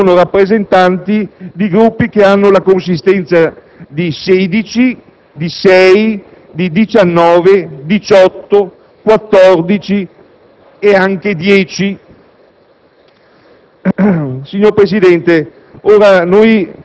Segretari di Presidenza alla Camera vi sono rappresentanti di Gruppi che hanno la consistenza di 16, 6, 19, 18, 14, e anche 10